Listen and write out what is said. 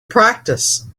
practice